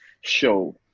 show